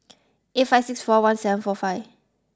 eight five six four one seven four five